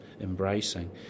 embracing